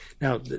Now